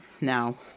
Now